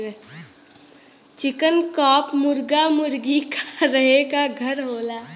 चिकन coop मुरगा मुरगी क रहे क घर होला